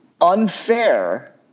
unfair